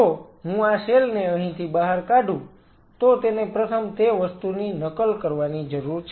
જો હું આ સેલ ને અહીંથી બહાર કાઢું તો તેને પ્રથમ તે વસ્તુની નકલ કરવાની જરૂર છે